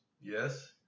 Yes